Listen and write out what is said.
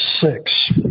six